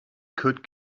could